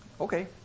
Okay